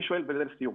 אני שואל לסיום,